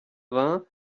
vingt